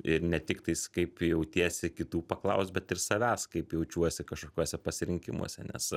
ir ne tiktais kaip jautiesi kitų paklaust bet ir savęs kaip jaučiuosi kažkokiuose pasirinkimuose nes